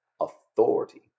authority